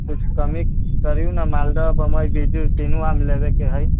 कुछ कमी करियौ ने मालदह बम्बइ बीजु तीनू आम लेबयके है